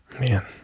Man